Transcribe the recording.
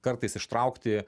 kartais ištraukti